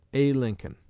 a. lincoln.